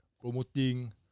promoting